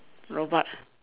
robot